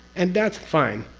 and that's fine,